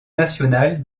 national